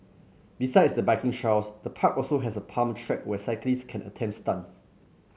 besides the biking trails the park also has a pump track where cyclists can attempt stunts